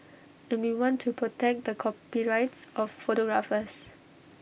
and we want to protect the copyrights of photographers